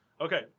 Okay